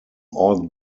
all